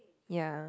ya